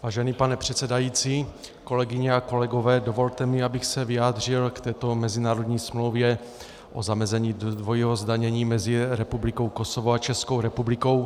Vážený pane předsedající, kolegyně a kolegové, dovolte mi, abych se vyjádřil k této mezinárodní smlouvě o zamezení dvojímu zdanění mezi Republikou Kosovo a Českou republikou.